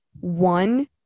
one